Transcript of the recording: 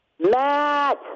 Matt